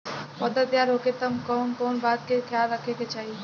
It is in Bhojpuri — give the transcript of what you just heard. पौधा तैयार होखे तक मे कउन कउन बात के ख्याल रखे के चाही?